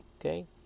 okay